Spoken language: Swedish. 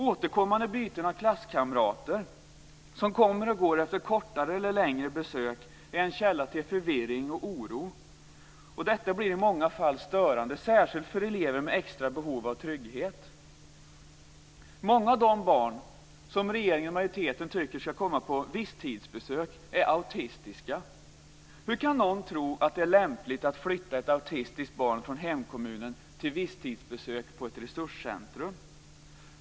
Återkommande byten av klasskamrater, som kommer och går efter kortare eller längre besök, är en källa till förvirring och oro. Detta blir i många fall störande, särskilt för elever med extra behov av trygghet. Många av de barn som regeringen och majoriteten tycker ska komma på visstidsbesök är autistiska. Hur kan någon tro att det är lämpligt att flytta ett autistiskt barn från hemkommunen till visstidsbesök på ett resurscentrum?